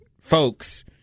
folks